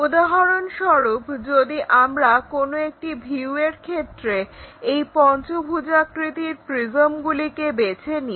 উদাহরণস্বরূপ যদি আমরা কোনো একটি ভিউয়ের ক্ষেত্রে এই পঞ্চভুজাকৃতির প্রিজমগুলিকে বেছে নিই